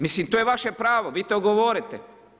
Mislim to je vaše pravo, vi to govorite.